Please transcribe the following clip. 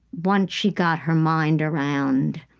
once she got her mind around